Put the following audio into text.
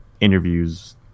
interviews